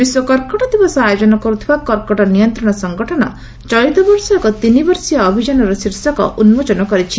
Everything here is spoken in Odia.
ବିଶ୍ୱ କର୍କଟ ଦିବସ ଆୟୋଜନ କରୁଥିବା କର୍କଟ ନିୟନ୍ତଣ ସଂଗଠନ ଚଳିତ ବର୍ଷ ଏକ ତିନିବର୍ଷିଆ ଅଭିଯାନର ଶୀର୍ଷକ ଉନ୍କୋଚନ କରିଛି